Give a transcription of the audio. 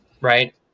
right